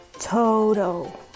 Total